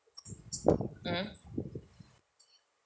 mm